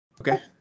Okay